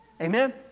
Amen